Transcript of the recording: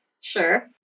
Sure